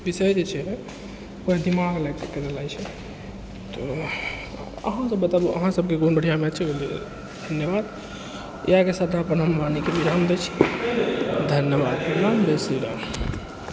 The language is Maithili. विषय जे छै ओकर दिमाग लगैकऽ करैवला छै तऽ अहाँ सभ बताबू अहाँ सभके कोन बढ़िआँ मैथ छै धन्यबाद इएह के साथ हम अपना वाणीके विराम दै छी धन्यबाद जय श्री राम